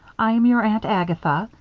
i am your aunt agatha.